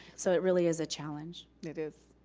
so it really is a challenge. it is.